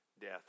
death